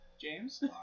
James